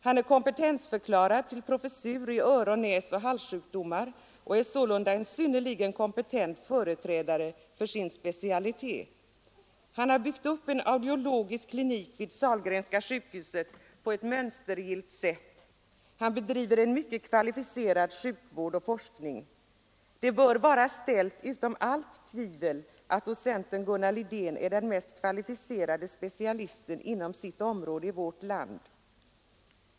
Han är kompetentförklarad till professur i öron-, näsoch halssjukdomar och är sålunda en synnerligen kompetent företrädare för sin specialitet. Han har på ett mönstergillt sätt byggt upp en audiologisk klinik vid Sahlgrenska sjukhuset och han bedriver en mycket kvalificerad sjukvård och forskning. Det bör vara ställt utom allt tvivel att docenten Gunnar Lidén är den mest kvalificerade specialisten inom sitt område i vårt land.